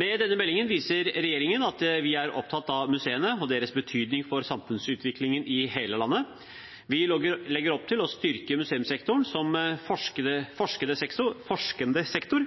Med denne meldingen viser regjeringen at vi er opptatt av museene og deres betydning for samfunnsutviklingen i hele landet. Vi legger opp til å styrke museumssektoren som forskende sektor.